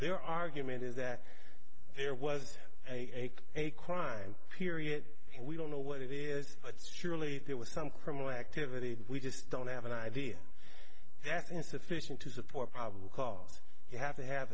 their argument is that there was a crime period we don't know what it is surely there was some criminal activity that we just don't have an idea that's insufficient to support probable cause you have to have